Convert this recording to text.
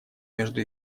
между